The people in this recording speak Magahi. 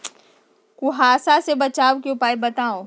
कुहासा से बचाव के उपाय बताऊ?